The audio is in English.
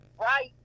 Right